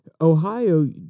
Ohio